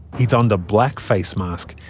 he donned a black face mask,